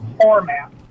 format